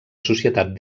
societat